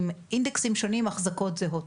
עם אינדקסים שונים עם אחזקות זהות.